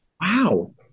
Wow